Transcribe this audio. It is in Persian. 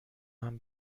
آهن